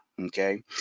Okay